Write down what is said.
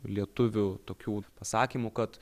lietuvių tokių pasakymų kad